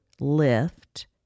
lift